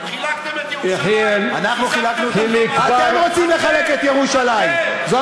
אנחנו קוראים לכוחות הביטחון אתם פחדנים,